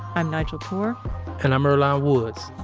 i'm nigel poor and i'm earlonne woods.